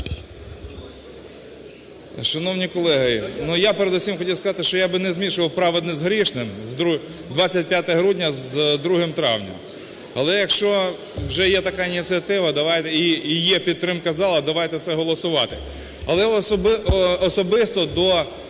Шановні колеги, я передусім хотів сказати, що я б не змішував праведне з грішним, 25 грудня з 2 травня. Але, якщо вже є така ініціатива і є підтримка зала, давайте це голосувати. Але особисто до